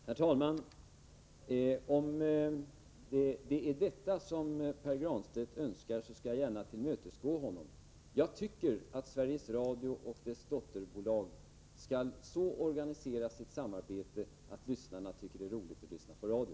Herr talman! Om det är detta som Pär Granstedt önskar, skall jag gärna tillmötesgå honom. Jag tycker att Sveriges Radio och dess dotterbolag skall så organisera sitt samarbete att lyssnarna tycker att det är roligt att lyssna på radio.